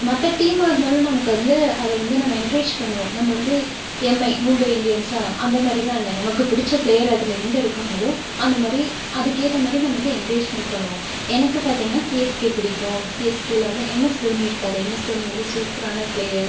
மற்ற டீம்மாயிருந்தாலும் நமக்கு வந்து அது வந்து நம்ம என்கரேஜ் பண்ணுவோம் நம்ம வந்து எம்ஐ மும்பை இந்தியன்ஸா அந்த மாதிரிலாம் இல்லை நமக்கு பிடிச்ச ப்ளேயர் அதில் எங்கே இருக்காங்களோ அந்த மாதிரி அதுக்கேற்ற மாதிரி நம்ம வந்து என்கரேஜ்மெண்ட் பண்ணுவோம் எனக்கு பார்த்தீங்கன்னா சிஎஸ்கே பிடிக்கும் சிஎஸ்கேயில் வந்து எம்எஸ் டோனி இருக்கார் எம்எஸ் டோனி வந்து சூப்பரான ப்ளேயர்